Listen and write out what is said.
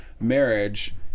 marriage